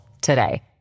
today